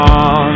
on